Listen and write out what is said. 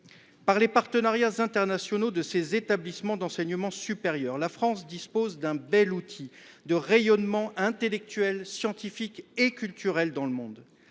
Les partenariats internationaux des établissements d’enseignement supérieur constituent pour la France un bel outil de rayonnement intellectuel, scientifique et culturel dans le monde.